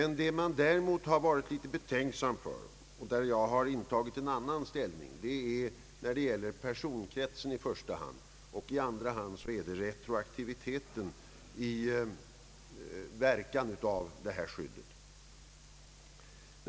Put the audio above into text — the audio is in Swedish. Vad jag däremot varit betänksam emot och där jag intagit en annan ställning är i första hand frågan om personkretsen och i andra hand frågan om retroaktiviteten av försäkringsskyddets verkan.